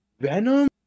Venom